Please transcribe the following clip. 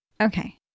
Okay